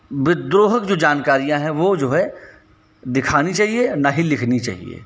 विद्रोह की जानकारियां हैं वो जो है दिखानी चहिए ना ही लिखनी चहिए